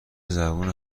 زبون